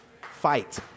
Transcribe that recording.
Fight